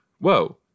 Whoa